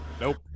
nope